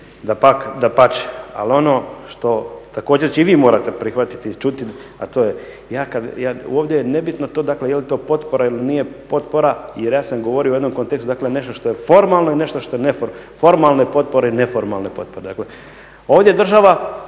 dapače. Ali ono što također i vi morate prihvatiti i čuti a to je ovdje je nebitno to dakle je li to potpora ili nije potpora jer ja sam govorio u jednom kontekstu, dakle nešto što je formalno i nešto što je neformalno, formalne potpore i neformalne potpore. Ovdje država